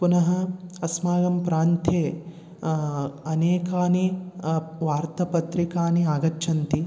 पुनः अस्माकं प्रान्ते अनेकाः वार्तसपत्रिकाः आगच्छन्ति